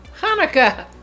hanukkah